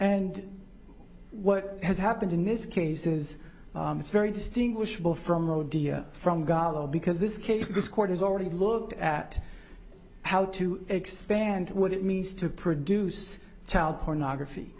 and what has happened in this case is it's very distinguishable from a deal from god because this case this court has already looked at how to expand what it means to produce child pornography